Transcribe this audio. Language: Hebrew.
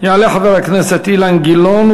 יעלה חבר הכנסת אילן גילאון.